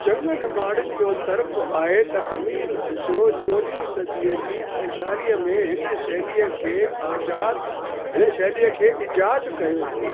चङनि माण्हुनि जो तर्क आहे त अमीर ख़ुसरो चोॾहीं सदीअ जी पछाड़ीअ में इन शैलीअ खे आज़ाद हिन शैलीअ खे इजादु कयो हो